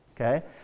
okay